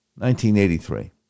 1983